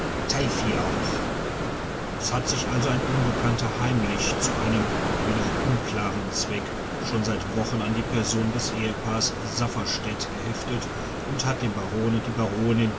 auch es hat sich also ein unbekannter heimlich zu einem mir noch unklaren zweck schon seit wochen an die person des ehepaares safferstätt geheftet und hat den baron und die baronin